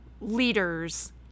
leaders